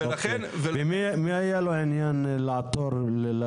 מי היה לו עניין לעתור?